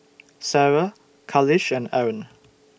Sarah Khalish and Aaron